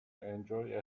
enjoy